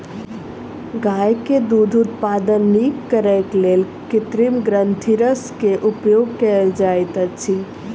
गाय के दूध उत्पादन नीक करैक लेल कृत्रिम ग्रंथिरस के उपयोग कयल जाइत अछि